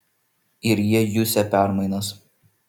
ir jie jusią permainas